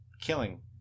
killing